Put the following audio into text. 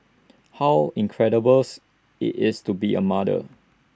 how incredibles IT is to be A mother